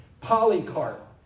Polycarp